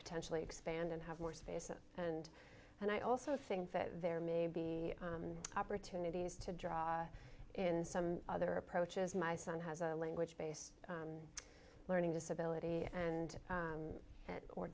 potentially expand and have more space and i also think that there may be opportunities to draw in some other approaches my son has a language based learning disability and